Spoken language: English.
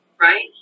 right